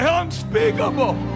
unspeakable